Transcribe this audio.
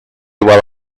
while